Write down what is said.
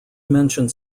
mentioned